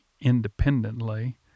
independently